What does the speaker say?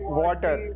water